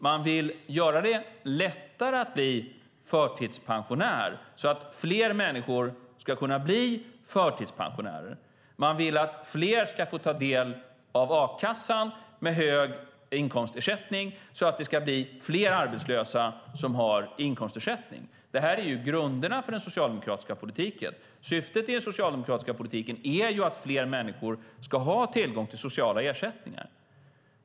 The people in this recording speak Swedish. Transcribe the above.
Man vill göra det lättare att bli förtidspensionär så att fler människor ska kunna bli förtidspensionärer. Man vill att fler ska få ta del av a-kassan med hög inkomstersättning så att det ska bli fler arbetslösa som har inkomstersättning. Det här är grunderna för den socialdemokratiska politiken. Syftet med den socialdemokratiska politiken är ju att fler människor ska ha tillgång till sociala ersättningar.